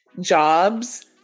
jobs